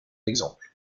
exemple